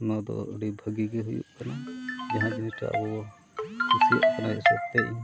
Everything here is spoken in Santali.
ᱱᱚᱣᱟ ᱫᱚ ᱟᱹᱰᱤ ᱵᱷᱟᱹᱜᱤ ᱜᱮ ᱦᱩᱭᱩᱜ ᱠᱟᱱᱟ ᱡᱟᱦᱟᱸ ᱡᱤᱱᱤᱥ ᱫᱚ ᱟᱵᱚ ᱵᱚᱱ ᱠᱩᱥᱤᱭᱟᱜ ᱠᱟᱱᱟ ᱦᱤᱥᱟᱹᱵᱽ ᱛᱮ ᱤᱧ